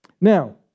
Now